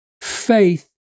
faith